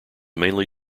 mainly